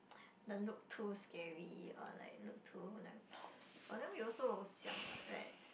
the look too scary or like look too like popz people then we also will siam one right